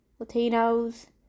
Latinos